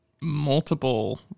multiple